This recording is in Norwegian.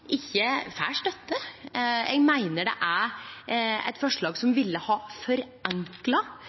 ikkje får støtte. Eg meiner det er eit forslag som ville ha forenkla